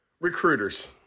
Recruiters